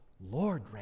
Lord